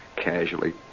casually